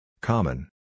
Common